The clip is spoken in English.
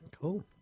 Cool